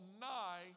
nigh